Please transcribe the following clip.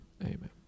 amen